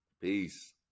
Peace